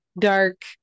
dark